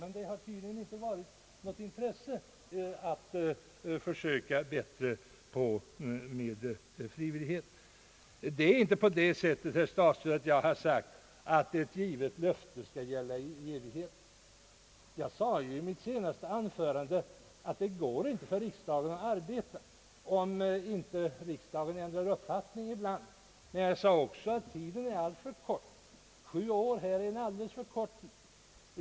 Men det har tydligen inte funnits något intresse att försöka arbeta mer med frivillighet. Det är inte på det sättet, herr statsråd, att jag har sagt att ett givet löfte skall gälla i evighet. Jag sade i mitt senaste anförande att det inte går för riksdagen att arbeta om inte riksdagen ibland ändrar uppfattning, men jag sade också att den tid som här gått, nämligen sju år, är alltför kort.